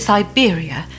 Siberia